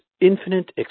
infinite